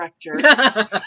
director